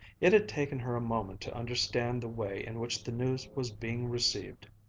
it had taken her a moment to understand the way in which the news was being received.